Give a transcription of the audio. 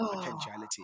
potentiality